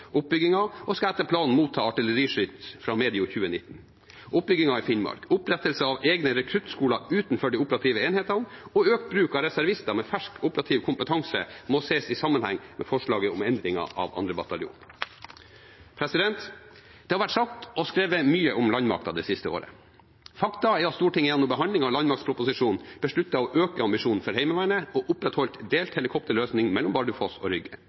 oppbyggingen og skal etter planen motta artilleriskyts fra medio 2019. Oppbyggingen i Finnmark, opprettelsen av egne rekruttskoler utenfor de operative enhetene og økt bruk av reservister med fersk operativ kompetanse må ses i sammenheng med forslaget om endringer av 2. bataljon. Det har vært sagt og skrevet mye om landmakten det siste året. Faktum er at Stortinget gjennom behandlingen av landmaktproposisjonen besluttet å øke ambisjonene for Heimevernet og opprettholdt en delt helikopterløsning mellom Bardufoss og Rygge.